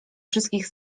wszystkich